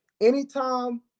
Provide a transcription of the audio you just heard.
anytime